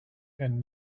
and